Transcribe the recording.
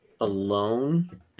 alone